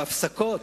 בהפסקות,